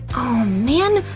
man,